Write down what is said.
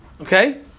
Okay